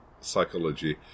psychology